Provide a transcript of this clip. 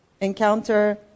encounter